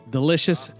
delicious